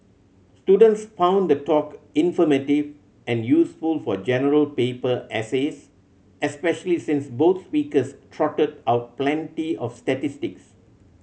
students found the talk informative and useful for General Paper essays especially since both speakers trotted out plenty of statistics